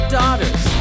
daughters